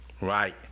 right